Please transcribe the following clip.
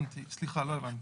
סליחה, לא הבנתי.